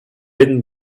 hidden